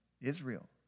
Israel